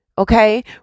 Okay